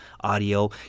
audio